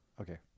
Okay